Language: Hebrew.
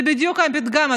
זה בדיוק הפתגם,